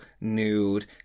nude